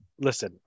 listen